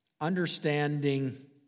understanding